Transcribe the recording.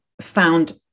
found